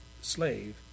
slave